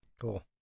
Cool